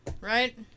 right